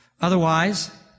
otherwise